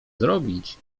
zrobić